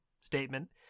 statement